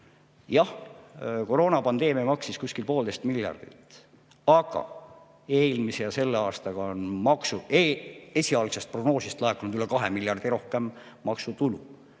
Jah, koroonapandeemia läks maksma umbes poolteist miljardit, aga eelmise ja selle aastaga on maksu esialgsest prognoosist laekunud üle 2 miljardi rohkem maksutulu,